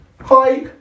Hi